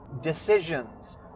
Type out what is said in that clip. decisions